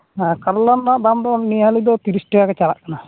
ᱦᱮᱸ ᱠᱟᱨᱞᱟ ᱨᱮᱱᱟᱜ ᱫᱟᱢ ᱫᱚ ᱱᱤᱭᱟᱹ ᱜᱷᱟᱹᱲᱤ ᱫᱚ ᱛᱤᱨᱤᱥ ᱴᱟᱠᱟᱜᱮ ᱪᱟᱞᱟᱜ ᱠᱟᱱᱟ